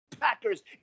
Packers